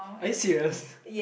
are you serious